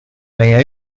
meie